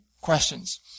questions